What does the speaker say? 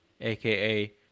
aka